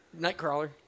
Nightcrawler